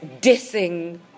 dissing